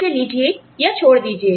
इसे लीजिए या छोड़ दीजिए